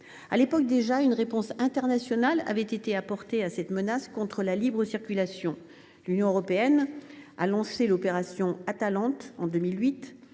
À l’époque déjà, une réponse internationale avait été apportée à cette menace contre la libre circulation. En 2008, l’Union européenne a lancé l’opération Atalante, à